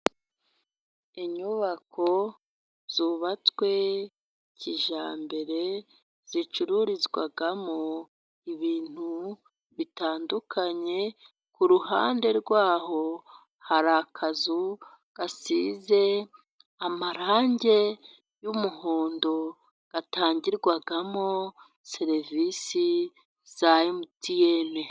Inyubako zubatswe kijyambere zicururizwamo ibintu bitandukanye, ku ruhande rw'aho hari akazu gasize amarange y'umuhondo gatangirwamo serivisi za MTN.